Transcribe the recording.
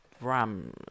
RAM